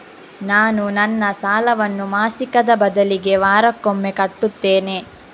ನಾನು ನನ್ನ ಸಾಲವನ್ನು ಮಾಸಿಕದ ಬದಲಿಗೆ ವಾರಕ್ಕೊಮ್ಮೆ ಕಟ್ಟುತ್ತೇನೆ